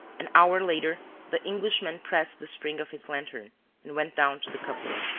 an hour later, the englishman pressed the spring of his lantern and went down to the cupboard.